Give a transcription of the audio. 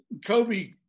Kobe